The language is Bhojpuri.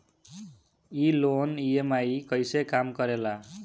ई लोन ई.एम.आई कईसे काम करेला?